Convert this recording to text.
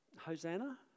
Hosanna